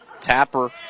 Tapper